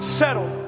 settle